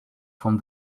from